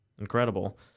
incredible